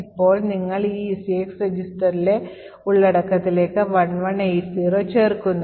ഇപ്പോൾ നിങ്ങൾ ഈ ECX രജിസ്റ്ററിലെ ഉള്ളടക്കത്തിലേക്ക് 1180 ചേർക്കുന്നു